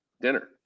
dinner